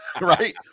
Right